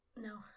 No